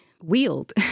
wield